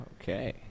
Okay